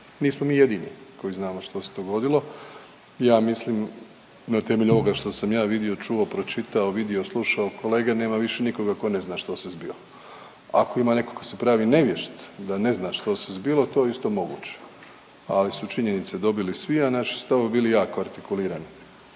Nismo mi jedini koji znamo što se dogodilo. Ja mislim na temelju ovoga što sam ja vidio i čuo, pročitao, vidio, slušao, od kolega nema više nikoga ko ne zna što se zbilo. Ako ima neko ko se pravi nevješt da ne zna što se zbilo, to je isto moguće, ali su činjenice dobili svi, a naši stavovi bili jako artikulirani,